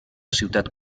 ciutat